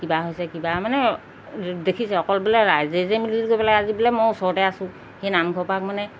কিবা হৈছে কিবা মানে দেখিছে অকল বোলে ৰাইজে যে মিলিজুলি গৈ পেলাই আজি বোলে মই ওচৰতে আছোঁ সেই নামঘৰ পা মানে